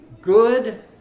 good